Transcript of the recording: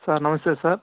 sir నమస్తే sir